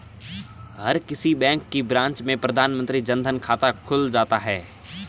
हर किसी बैंक की ब्रांच में प्रधानमंत्री जन धन खाता खुल जाता है